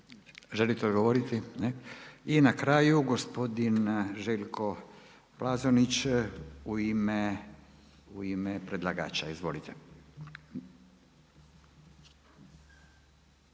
Želite odgovoriti? Ne. I na kraju gospodin Željko Plazonić, u ime predlagača. Izvolite.